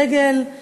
דגל, המנון,